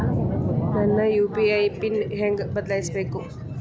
ನನ್ನ UPI PIN ಹೆಂಗ್ ಬದ್ಲಾಯಿಸ್ಬೇಕು?